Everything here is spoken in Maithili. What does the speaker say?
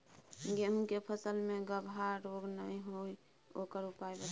गेहूँ के फसल मे गबहा रोग नय होय ओकर उपाय बताबू?